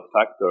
factor